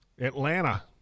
Atlanta